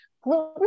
gluten